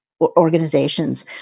organizations